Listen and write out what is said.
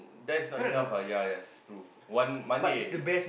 that's not enough ah ya ya is true one Monday